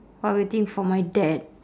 while waiting for my dad